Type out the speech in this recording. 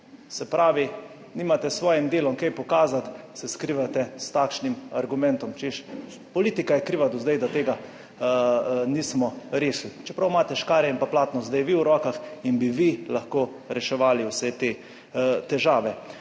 Se pravi, nimate s svojim delom kaj pokazati, se skrivate s takšnim argumentom, češ, politika je kriva do zdaj, da tega nismo rešili, čeprav imate škarje in platno zdaj vi v rokah in bi vi lahko reševali vse te težave.